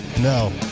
No